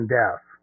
death